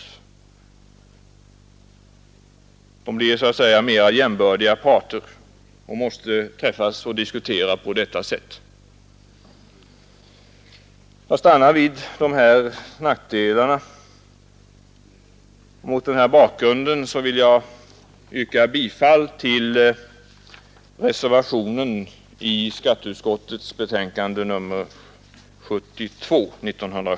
De blir så att säga mera jämbördiga parter och anser sig kunna träffas och diskutera på detta sätt. Jag stannar vid de här nackdelarna och vill mot denna bakgrund yrka bifall till reservationen vid skatteutskottets betänkande nr 72.